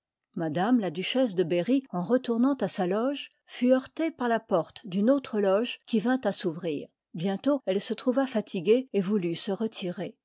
m la duchesse de berry en retournant à sa loge fut heurtée par la porte d'une autre loge qui vint à s'ouvrir bientôt elle se trouva fatiguée et voulut se retirer